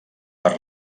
per